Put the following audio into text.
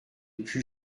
plus